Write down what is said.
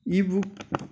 ebook